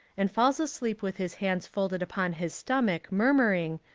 and falls asleep with his hands folded upon his stomach murmuring,